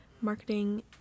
marketing